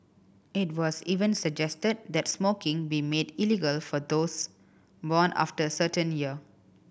it was even suggested that smoking be made illegal for those born after a certain year